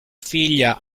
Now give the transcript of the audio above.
figlia